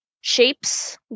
shapes